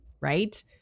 right